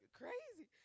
crazy